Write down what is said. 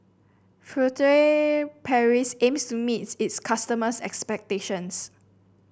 Furtere Paris aims to meet its customers' expectations